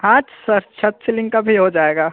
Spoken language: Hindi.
हाँ छत्त सीलिंग का भी हो जाएगा